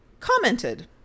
commented